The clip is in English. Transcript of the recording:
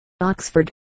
Oxford